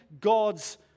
God's